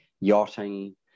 yachting